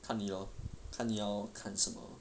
看你 lor 看你要看什么